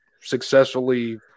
successfully